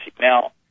Now